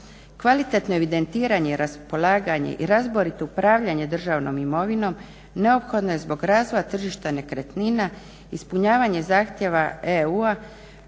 Kvalitetno evidentiranje i raspolaganje i razborito upravljanje državnom imovinom neophodno je zbog razvoja tržišta nekretnina, ispunjavanje zahtjeva EU-a